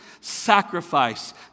sacrifice